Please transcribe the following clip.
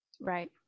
right